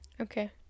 Okay